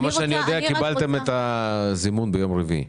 (היו"ר אלכס קושניר) עד כמה שאני יודע קיבלתם את הזימון ביום רביעי.